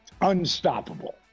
unstoppable